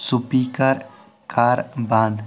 speaker کر بنٛد